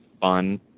fun